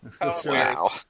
Wow